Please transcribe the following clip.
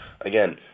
again